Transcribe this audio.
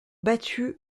battue